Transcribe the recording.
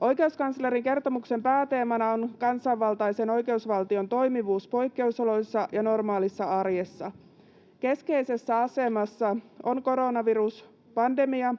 Oikeuskanslerin kertomuksen pääteemana on kansanvaltaisen oikeusvaltion toimivuus poikkeusoloissa ja normaalissa arjessa. Keskeisessä asemassa on koronaviruspandemia,